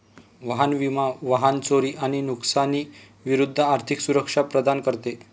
वाहन विमा वाहन चोरी आणि नुकसानी विरूद्ध आर्थिक सुरक्षा प्रदान करते